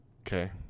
Okay